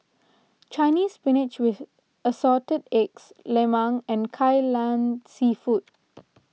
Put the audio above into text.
Chinese Spinach with Assorted Eggs Lemang and Kai Lan Seafood